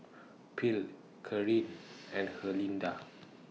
Phil Karin and Herlinda